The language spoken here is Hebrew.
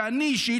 שאני אישית,